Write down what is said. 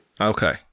Okay